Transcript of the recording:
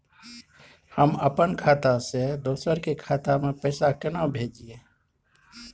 हम अपन खाता से दोसर के खाता में पैसा केना भेजिए?